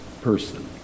person